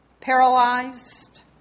paralyzed